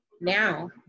now